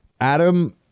Adam